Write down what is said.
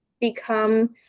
become